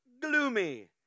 gloomy